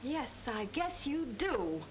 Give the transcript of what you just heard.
yes i guess you do